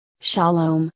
Shalom